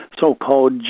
so-called